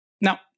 Now